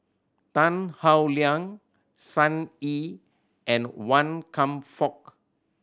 Tan Howe Liang Sun Yee and Wan Kam Fook